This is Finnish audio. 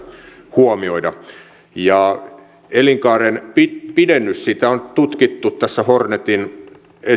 huomioida elinkaaren pidennystä on tutkittu tässä hornetin